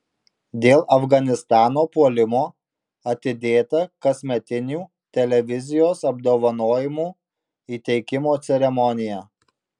dėl afganistano puolimo atidėta kasmetinių televizijos apdovanojimų įteikimo ceremonija